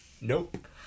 nope